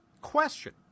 question